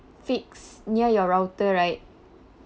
fix near your router right